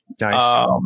Nice